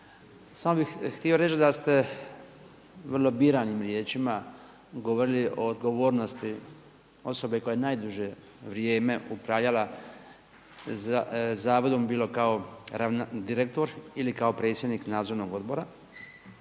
Samo bi htio reć da ste vrlo biranim riječima govorili o odgovornosti osobe koja je najduže vrijeme upravljala zavodom bilo kao direktor ili kao predsjednik nadzornog odbora,